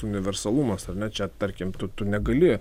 universalumas ar ne čia tarkim tu negali